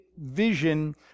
vision